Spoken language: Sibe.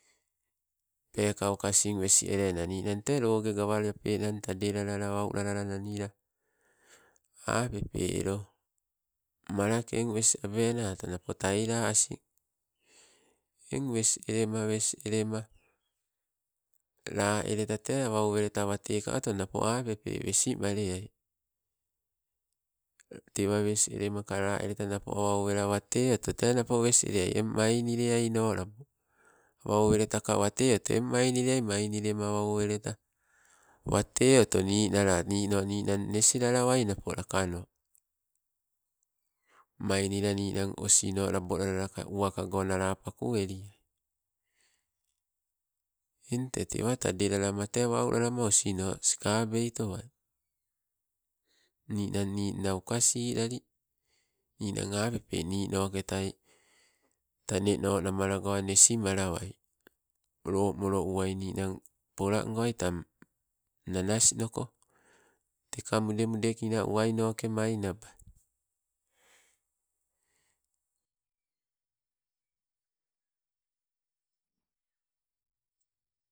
Peekauka asing wes elena, ninang te loge gawalapenang tadelalala waulalala nanila, apepe elo malaken wes abenato napo tailai asing, eng wes elema, wes elema la eteta tee awa oweleta wate ka oto napo apepe wesimaleai tewa wes elemaka laeleta napo awa owela wate oto te napo wes eleai eng mani leaino labo. Awa oweleta ka wate oto eng manileai, mainilema awo oweleta. Wate oto ninala nino ninang nesnala wai napo lakano. Mainila ninang osino labolalaka uwakago nala paku eliai, eng tee tewa tadelalama te wau lelama osno skabeito wai. Ninang ni nna uka silali, ninang apepe ninoketai taneno namalago nesmalawai, lomolouwai ninang polango tang nanasnoko. Teka mude mudekina uwainoke mainabai.